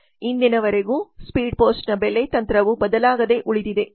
ಇಂದಿನವರೆಗೂ ಸ್ಪೀಡ್ ಪೋಸ್ಟ್ನ ಬೆಲೆ ತಂತ್ರವು ಬದಲಾಗದೆ ಉಳಿದಿದೆ